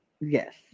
Yes